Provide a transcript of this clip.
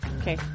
Okay